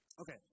Okay